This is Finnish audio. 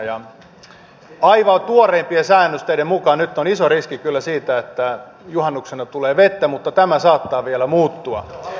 ja aivan tuoreimpien sääennusteiden mukaan nyt on iso riski kyllä siitä että juhannuksena tulee vettä mutta tämä saattaa vielä muuttua